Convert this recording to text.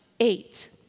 eight